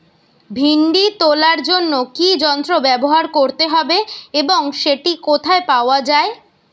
ভিন্ডি তোলার জন্য কি যন্ত্র ব্যবহার করতে হবে এবং সেটি কোথায় পাওয়া যায়?